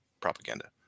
propaganda